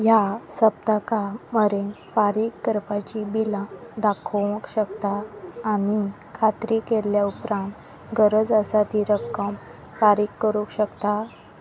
ह्या सप्तका वरेन फारीक करपाची बिलां दाखोवंक शकता आनी खात्री केल्ल्या उपरांत गरज आसा ती रक्कम फारीक करूंक शकता